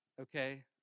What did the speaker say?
okay